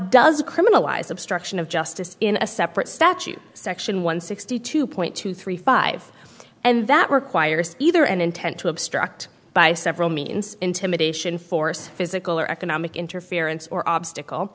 does criminalize obstruction of justice in a separate statute section one sixty two point two three five and that requires either an intent to obstruct by several means intimidation force physical or economic interference or obstacle